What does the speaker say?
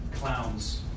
clowns